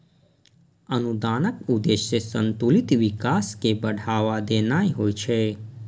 अनुदानक उद्देश्य संतुलित विकास कें बढ़ावा देनाय होइ छै